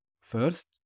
First